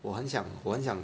我很想很想